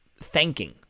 thanking